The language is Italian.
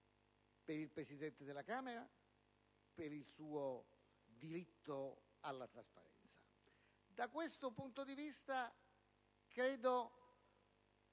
per il Presidente della Camera, per il suo diritto alla trasparenza. Da questo punto di vista credo